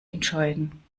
entscheiden